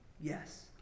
Yes